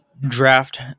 draft